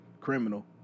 criminal